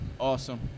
Awesome